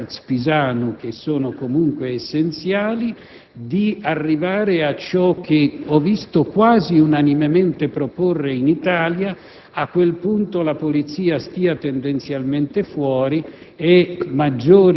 sulla base dell'adempimento rispetto agli *standard* Pisanu, che sono comunque essenziali, di arrivare a ciò che è stato quasi unanimemente proposto in Italia,